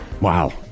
Wow